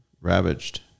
ravaged